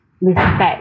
respect